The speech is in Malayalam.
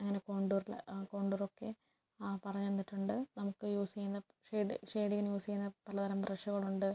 അങ്ങനെ കോണ്ടൂർലെ കോണ്ടൂറൊക്കെ പറഞ്ഞ് തന്നിട്ടുണ്ട് നമുക്ക് യൂസ് ചെയ്യുന്ന ഷേഡ് ഷേഡിങിന് യൂസ് ചെയ്യുന്ന പലതരം ബ്രഷുകളുണ്ട്